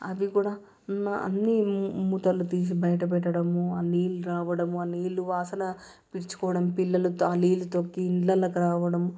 అవి కూడా అన్ని మూతలు తీసి బయట పెట్టడము ఆ నీళ్ళు రావడం ఆ నీళ్ళు వాసన విరుచుకోవడం పిల్లలతో ఆ నీళ్ళు తొక్కి ఇళ్ళలోకి రావడం